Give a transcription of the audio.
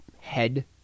head